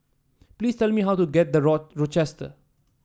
please tell me how to get The Road Rochester